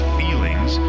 feelings